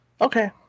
Okay